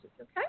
okay